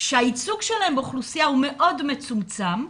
שהייצוג שלהן באוכלוסייה הוא מאוד מצומצם,